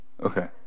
Okay